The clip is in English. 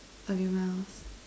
of your mouth